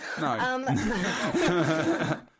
No